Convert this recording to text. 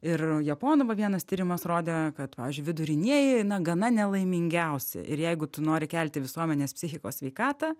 ir japonų o va vienas tyrimas rodė kad pavyzdžiui vidurinieji na gana nelaimingiausi ir jeigu tu nori kelti visuomenės psichikos sveikatą